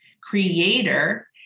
Creator